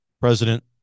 President